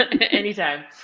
Anytime